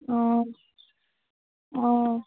অঁ অঁ